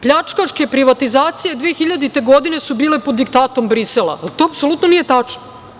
Pljačkaške privatizacije 2000. godine su bile pod diktatom Brisela, to apsolutno nije tačno.